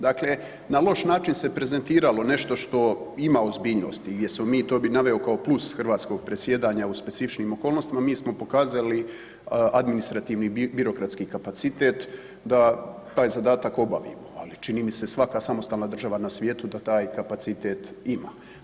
Dakle na loš način se prezentiralo nešto što ima ozbiljnost i to bi naveo kao plus hrvatskog predsjedanja u specifičnim okolnostima, mi smo pokazali administrativni birokratski kapacitet da taj zadatak obavimo, ali čini mi se svaka samostalna država na svijetu da taj kapacitet ima.